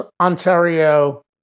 Ontario